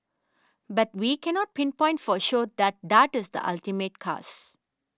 but we cannot pinpoint for sure that that is the ultimate cause